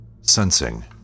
Sensing